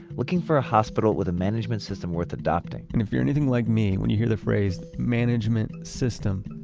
looking for a hospital with a management system worth adopting and if you're anything like me when you hear the phrase management system,